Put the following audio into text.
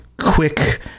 quick